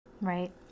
Right